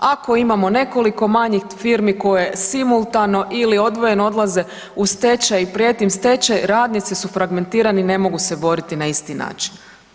Ako imamo nekoliko manjih firmi koje simultano ili odvojeno odlaze u stečaj i prijeti im stečaj, radnici su fragmentirani ne mogu se boriti na isti način.